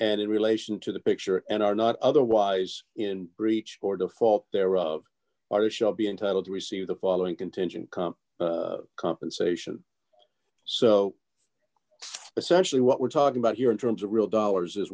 and in relation to the picture and are not otherwise in breach or default thereof or shall be entitled to receive the following contingent comp compensation so essentially what we're talking about here in terms of real dollars is